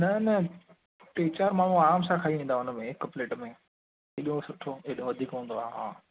न न टे चारि माण्हू आराम सां खाई वेंदा उनमें हिक प्लेट में एॾो सुठो एॾो वधीक हूंदो आहे हा